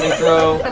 throw.